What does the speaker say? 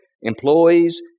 employees